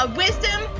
wisdom